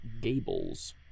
Gables